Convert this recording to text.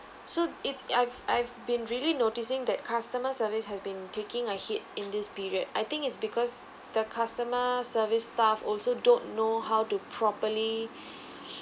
so it's I've I've been really noticing that customer service has been taking a hit in this period I think it's because the customer service staff also don't know how to properly